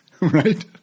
right